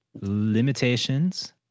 limitations